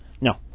No